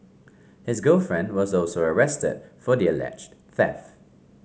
his girlfriend was also arrested for the alleged theft